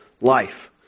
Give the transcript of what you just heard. life